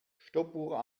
stoppuhr